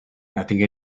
nothing